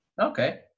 Okay